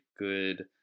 good